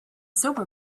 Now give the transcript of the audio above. sober